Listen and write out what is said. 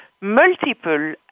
multiple